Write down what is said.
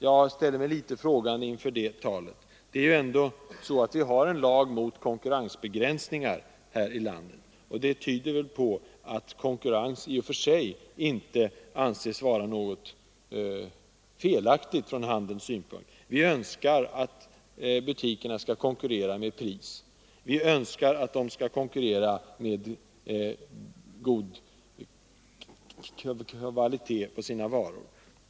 Jag ställer mig litet frågande inför det talet. Vi har ändå en lag mot konkurrensbegränsningar här i landet, och det tyder på att konkurrens i och för sig inte anses vara något felaktigt. Vi önskar att butikerna skall konkurrera med pris, vi önskar att de skall konkurrera med god kvalitet på sina varor.